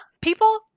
People